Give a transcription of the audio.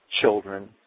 children